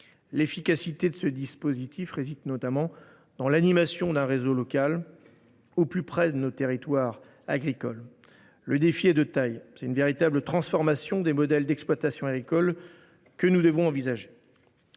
L’efficacité de ce dispositif tient notamment à l’animation d’un réseau local, au plus près de nos territoires agricoles. Le défi est de taille. C’est une véritable transformation des modèles d’exploitation agricole que nous devons envisager.